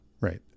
Right